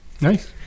Nice